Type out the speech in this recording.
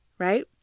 right